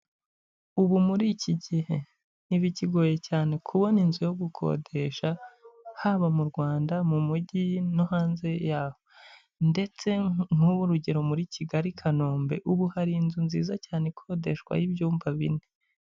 Ubu muri iki gihe, ntibikigoye cyane kubona inzu yo gukodesha, haba mu Rwanda mu mujyi no hanze yaho, ndetse nk'ubu urugero muri Kigali-Kanombe ubu hari inzu nziza cyane ikodeshwa y'ibyumba bine.